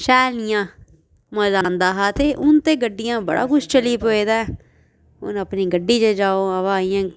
शैल इ'यां मजा आंदा हा ते हून ते गड्डियां बड़ा कुछ चली पेदा ऐ हून अपनी गड्डी च जाओ अवा इ'यां